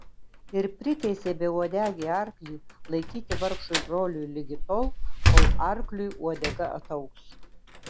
ir priteisė beuodegį arklį laikyti vargšui broliui ligi tol kol arkliui uodega ataugs